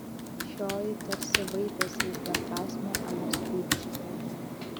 šioji tarsi vaipėsi iš beprasmio emos pykčio